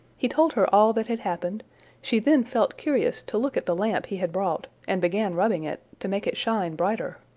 he told her all that had happened she then felt curious to look at the lamp he had brought, and began rubbing it, to make it shine brighter.